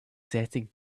setting